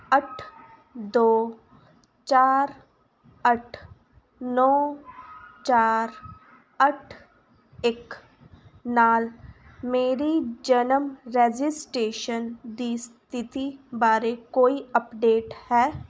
ਅੱਠ ਦੋ ਚਾਰ ਅੱਠ ਨੌਂ ਚਾਰ ਅੱਠ ਇੱਕ ਨਾਲ ਮੇਰੀ ਜਨਮ ਰਜਿਸਟ੍ਰੇਸ਼ਨ ਦੀ ਸਥਿਤੀ ਬਾਰੇ ਕੋਈ ਅਪਡੇਟ ਹੈ